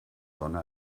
sonne